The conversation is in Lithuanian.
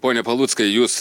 pone paluckai jūs